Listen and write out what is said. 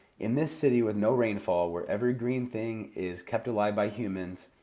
in this city with no rainfall, where every green thing is kept alive by humans,